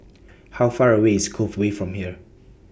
How Far away IS Cove Way from here